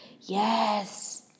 Yes